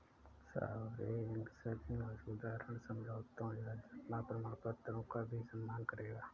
sovereign सभी मौजूदा ऋण समझौतों या जमा प्रमाणपत्रों का भी सम्मान करेगा